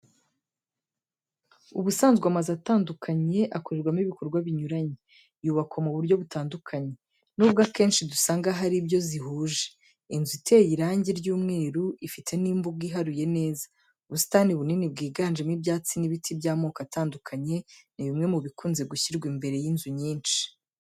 Ubusanzwe amazu atandukanye, akorerwamo ibikorwa binyuranye, yubakwa mu buryo butandukanye. Nubwo akenshi dusanga hari ibyo zihuje. Inzu iteye irangi ry'umweru, ifite n'imbuga iharuye neza. Ubusitani bunini bwiganjemo ibyatsi n'ibiti by'amoko atandukanye ni bimwe mu bikunze gushyirwa imbere y'inzu nyinshi.